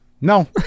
No